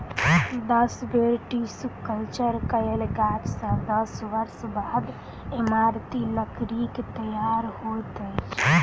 दस बेर tissue culture कयल गाछ सॅ दस वर्ष बाद इमारती लकड़ीक तैयार होइत अछि